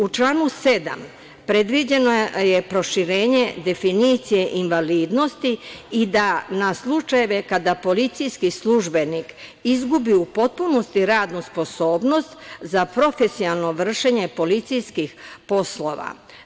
U članu 7. predviđeno je proširenje definicije invalidnosti i da na slučajeve kada policijski službenik izgubi u potpunosti radnu sposobnost za profesionalno vršenje policijskih poslova.